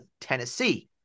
Tennessee